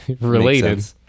Related